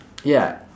ya